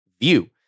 view